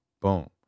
Boom